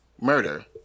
murder